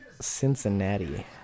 Cincinnati